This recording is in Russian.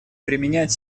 применять